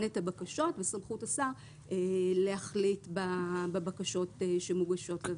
את הבקשות וסמכות השר להחליט בבקשות שמוגשות.